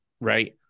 right